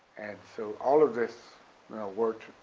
and so all of this worked